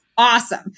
Awesome